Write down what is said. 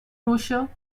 brochure